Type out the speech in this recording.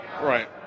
Right